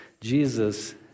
Jesus